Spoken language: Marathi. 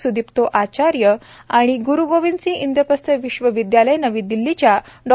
स्दीप्तो आचार्य ग्रू गोविंद सिंह इंद्रप्रस्थ विश्वविद्यालय नवी दिल्लीच्या डॉ